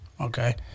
Okay